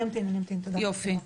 תודה.